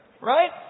Right